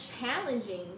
challenging